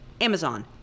Amazon